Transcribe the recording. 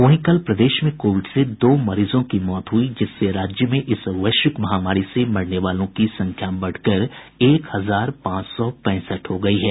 वहीं कल प्रदेश में कोविड से दो मरीजों की मौत हुई जिससे राज्य में इस वैश्विक महामारी से मरने वालों की संख्या बढ़कर एक हजार पांच सौ पैंसठ हो गयी है